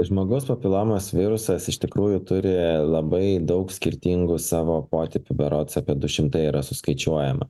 žmogaus papilomos virusas iš tikrųjų turi labai daug skirtingų savo potipių berods apie du šimtai yra suskaičiuojama